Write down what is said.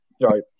Right